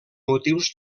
motius